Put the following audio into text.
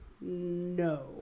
No